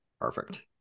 Perfect